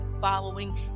following